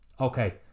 Okay